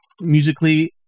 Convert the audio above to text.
musically